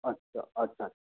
अच्छा अच्छा अच्छा